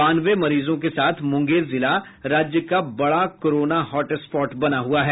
बानवे मरीजों के साथ मुंगेर जिला राज्य का बड़ा कोरोना हॉस्टस्पॉट बना हुआ है